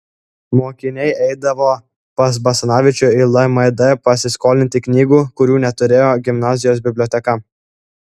mokiniai eidavo pas basanavičių į lmd pasiskolinti knygų kurių neturėjo gimnazijos biblioteka